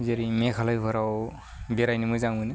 जेरै मेघालयफोराव बेरायनो मोजां मोनो